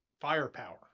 firepower